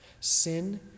Sin